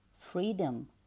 freedom